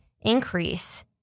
increase